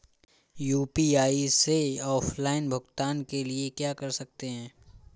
UPI से offline भुगतान के लिए क्या कर सकते हैं?